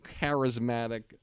charismatic